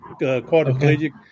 quadriplegic